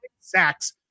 sacks